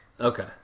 Okay